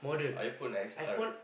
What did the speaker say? iPhone X_R